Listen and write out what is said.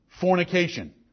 fornication